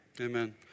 Amen